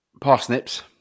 Parsnips